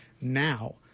now